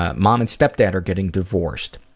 ah mom and step-dad are getting divorced.